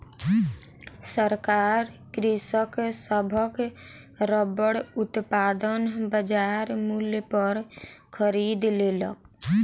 सरकार कृषक सभक रबड़ उत्पादन बजार मूल्य पर खरीद लेलक